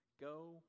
go